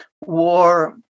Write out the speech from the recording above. war